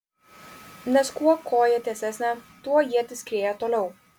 nes kuo koja tiesesnė tuo ietis skrieja toliau